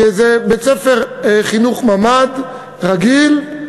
וזה בית-ספר חינוך ממ"ד רגיל,